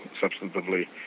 substantively